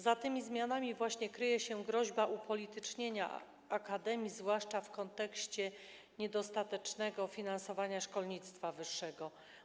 Za tymi zmianami właśnie kryje się groźba upolitycznienia akademii, zwłaszcza w kontekście niedostatecznego finansowania szkolnictwa wyższego.